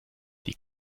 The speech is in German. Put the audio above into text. die